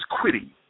quitting